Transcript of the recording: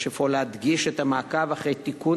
יש אפוא להדגיש את המעקב אחרי תיקון